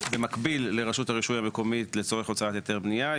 במקביל לרשות הרישוי המקומית לצורך הוצאת היתר בנייה,